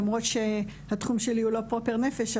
למרות שהתחום שלי הוא לא "פרופר" נפש,